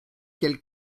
quelle